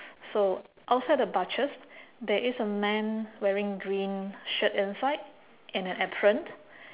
so outside the butchers there is a man wearing green shirt inside in a apron